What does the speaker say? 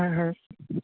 হয় হয়